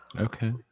Okay